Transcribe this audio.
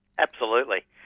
absolutely.